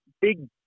big